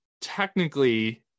technically